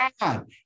God